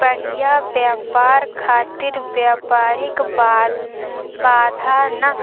बढ़िया व्यापार खातिर व्यापारिक बाधा ना